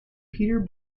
peter